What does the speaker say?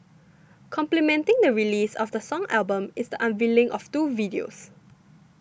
complementing the release of the song album is the unveiling of two videos